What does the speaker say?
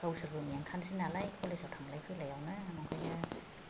गावसोरबो मेंखानोसै नालाय कलेजाव थांलाय फैलायावनो ओंखायनो